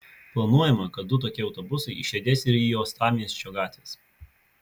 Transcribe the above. planuojama kad du tokie autobusai išriedės ir į uostamiesčio gatves